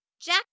Jack